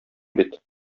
бит